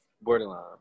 Borderline